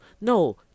No